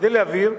כדי להבהיר,